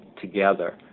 together